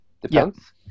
Depends